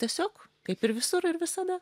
tiesiog kaip ir visur ir visada